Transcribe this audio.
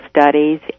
studies